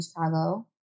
Chicago